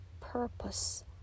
purpose